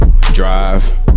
Drive